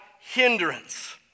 hindrance